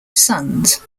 sons